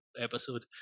episode